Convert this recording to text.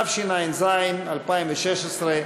התשע"ז 2016,